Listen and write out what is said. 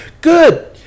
good